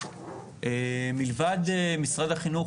מלבד משרד החינוך,